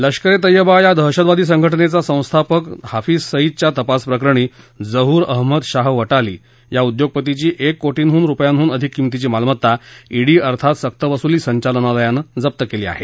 लष्कर ए तेयबा या दहशतवादी सद्धटिनेचा सस्थापक हाफिज सईद च्या तपास प्रकरणी जहूर अहमद शाह वटाली याची एक कोटीहून रुपयाहूने अधिक किंद्रांतीची मालमत्ता ईडी अर्थात सक्त वसुली सद्यालनालयानजिप्त केली आहे